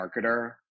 marketer